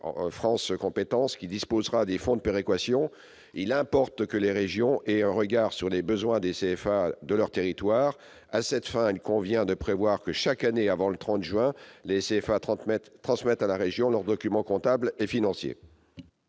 France compétences, qui disposera des fonds de péréquation, il importe que les régions puissent apprécier les besoins des CFA de leur territoire. À cette fin, il convient de prévoir que chaque année, avant le 30 juin, les CFA transmettent à la région leurs documents comptables et financiers.